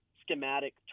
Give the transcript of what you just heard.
schematic